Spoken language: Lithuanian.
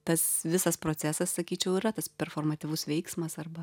tas visas procesas sakyčiau yra tas performatyvus veiksmas arba